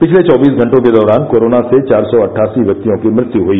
पिछले चौबीस घंटों के दौरान कोरोना से चार सौ अटठासी व्यक्तियों की मृत्यु हई